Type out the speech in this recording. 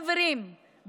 חברים,